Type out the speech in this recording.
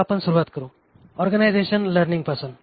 आता आपण सुरुवात करू ऑर्गनायझेशन लर्निंगपासून